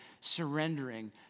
surrendering